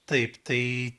taip tai